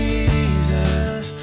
Jesus